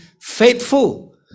faithful